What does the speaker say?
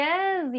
Yes